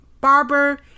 barber